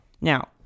Now